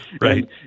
right